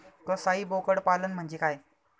कसाई बोकड पालन म्हणजे काय?